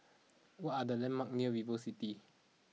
what are the landmarks near VivoCity